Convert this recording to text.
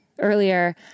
earlier